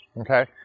okay